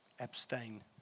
Abstain